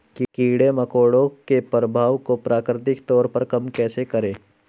कीड़े मकोड़ों के प्रभाव को प्राकृतिक तौर पर कम कैसे करें?